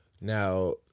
now